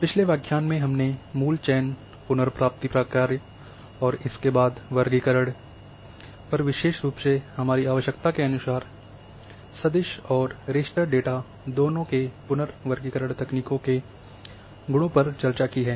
पिछले व्याख्यान में हमने मूल चयन पुनर्प्राप्ति प्रकार्य और इसके बाद वर्गीकरण पर विशेष रूप से हमारी आवश्यकता के अनुसार सदिश और रास्टर डेटा दोनों के पुनर्वर्गीकरण तकनीकों के गुणों पर चर्चा की है